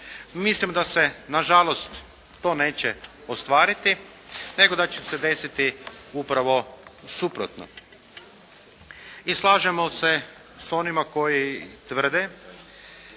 Mislim da se nažalost to neće ostvariti nego da će se desiti upravo suprotno. I slažemo se s onima koji tvrde